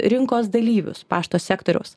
rinkos dalyvius pašto sektoriaus